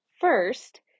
First